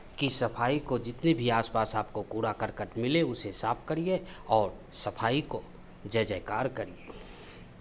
कि सफाई को जितने भी आस पास आपको कूड़ा करकट मिले उसे साफ करिए और सफाई को जय जयकार करिए